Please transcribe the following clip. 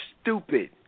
stupid